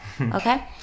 Okay